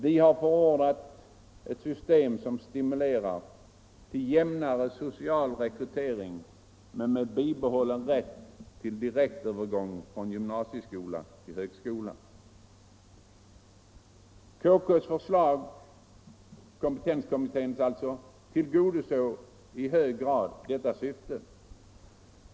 Vi har förordat ett system som stimulerar till jämnare social rekrytering men med bibehållen rätt till direktövergång från gymnasieskola till högskola. Kompetenskommitténs förslag tillgodosåg i hög grad detta syfte.